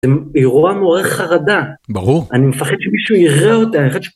אירוע מעורר חרדה. ברור. אני מפחד שמישהו יראה אותה.